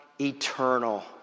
eternal